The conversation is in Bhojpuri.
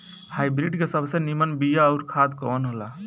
हाइब्रिड के सबसे नीमन बीया अउर खाद कवन हो ला?